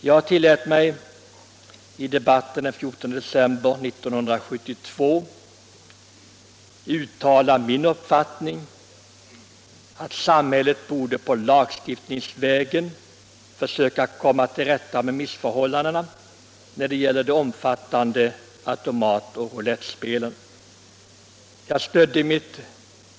Jag tillät mig i debatten den 14 december 1972 uttala min uppfattning att samhället borde lagstiftningsvägen försöka komma till rätta med missförhållandena när det gäller de omfattande automatoch roulettspelen.